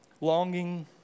longing